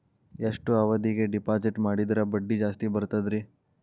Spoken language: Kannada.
ಎಷ್ಟು ಅವಧಿಗೆ ಡಿಪಾಜಿಟ್ ಮಾಡಿದ್ರ ಬಡ್ಡಿ ಜಾಸ್ತಿ ಬರ್ತದ್ರಿ?